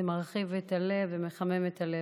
זה מרחיב את הלב ומחמם את הלב.